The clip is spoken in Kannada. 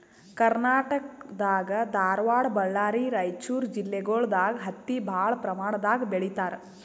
ಕರ್ನಾಟಕ್ ದಾಗ್ ಧಾರವಾಡ್ ಬಳ್ಳಾರಿ ರೈಚೂರ್ ಜಿಲ್ಲೆಗೊಳ್ ದಾಗ್ ಹತ್ತಿ ಭಾಳ್ ಪ್ರಮಾಣ್ ದಾಗ್ ಬೆಳೀತಾರ್